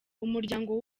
umuryango